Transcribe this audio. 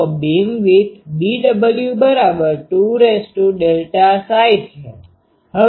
તો beamwidth BW2ΔΨ છે